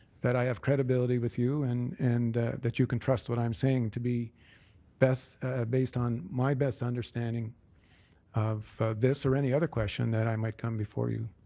that i have credibility with you and and that you can trust what i'm saying to be best based on my best understanding of this or any other question that i might come before you.